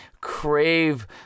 crave